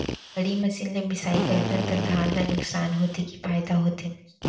बड़ी मशीन ले मिसाई करथन त धान ल नुकसान होथे की फायदा होथे?